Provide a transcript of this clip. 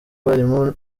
barimu